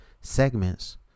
segments